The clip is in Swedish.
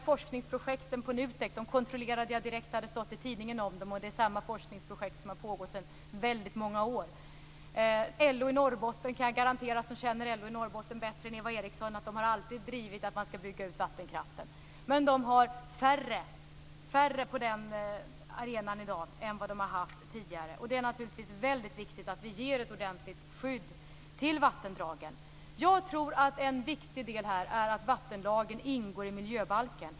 Forskningsprojekten på NUTEK kontrollerade jag direkt. Det hade stått i tidningen om dem. Det är samma forskningsprojekt som har pågått sedan väldigt många år. Jag som känner LO i Norrbotten bättre än Eva Eriksson kan garantera att man alltid har drivit att man skall bygga ut vattenkraften. Men man har färre på den arenan i dag än vad man har haft tidigare. Det är naturligtvis väldigt viktigt att vi ger ett ordentligt skydd till vattendragen. Jag tror att en viktig del är att vattenlagen ingår i miljöbalken.